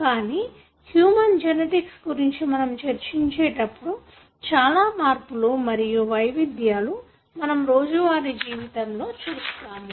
కానీ human genetics గురించి మనము చర్చించేటప్పుడు చాల మార్పులు మరియు వైవిధ్యాలు మనము రోజువారీ జీవితంలో చూస్తాము